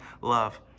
love